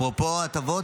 אפרופו הטבות,